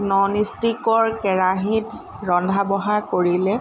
non ষ্টিকৰ কেৰাহীত ৰন্ধা বঢ়া কৰিলে